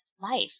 life